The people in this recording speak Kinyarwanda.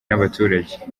n’abaturage